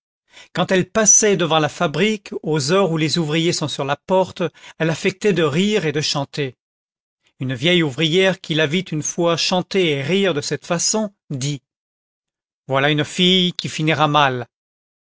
quand elle passait devant la fabrique aux heures où les ouvriers sont sur la porte elle affectait de rire et de chanter une vieille ouvrière qui la vit une fois chanter et rire de cette façon dit voilà une fille qui finira mal